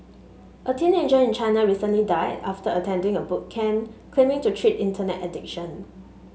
a teenager in China recently died after attending a boot camp claiming to treat internet addiction